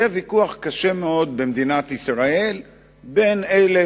יהיה ויכוח קשה מאוד במדינת ישראל בין אלה